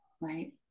right